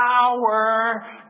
power